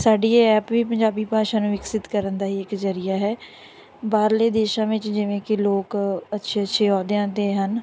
ਸਾਡੀ ਇਹ ਐਪ ਵੀ ਪੰਜਾਬੀ ਭਾਸ਼ਾ ਨੂੰ ਵਿਕਸਿਤ ਕਰਨ ਦਾ ਹੀ ਇੱਕ ਜ਼ਰੀਆ ਹੈ ਬਾਹਰਲੇ ਦੇਸ਼ਾਂ ਵਿੱਚ ਜਿਵੇਂ ਕਿ ਲੋਕ ਅੱਛੇ ਅੱਛੇ ਅਹੁਦਿਆਂ 'ਤੇ ਹਨ